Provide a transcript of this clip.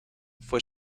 fue